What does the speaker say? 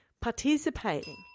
participating